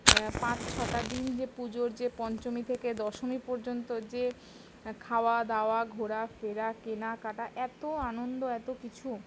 পাঁচ ছটা দিন যে পুজোর যে পঞ্চমী থেকে দশমী পর্যন্ত যে খাওয়া দাওয়া ঘোরা ফেরা কেনা কাটা এত আনন্দ এতো কিছু